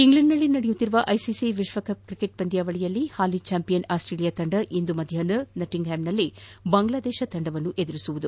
England ನಲ್ಲಿ ನಡೆಯುತ್ತಿರುವ ICC ವಿಶ್ವಕಪ್ ಕ್ರಿಕೆಟ್ ಪಂದ್ಯಾವಳಿಯಲ್ಲಿ ಹಾಲಿ ಚಾಂಪಿಯನ್ ಆಸ್ಟ್ರೇಲಿಯಾ ತೆಂಡ ಇಂದು ನಾಟಿಂಗ್ ಹ್ಯಾಮ್ ನಲ್ಲಿ ಬಾಂಗ್ಲಾದೇಶವನ್ನು ಎದುರಿಸಲಿದೆ